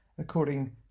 according